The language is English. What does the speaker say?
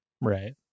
Right